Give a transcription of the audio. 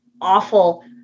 awful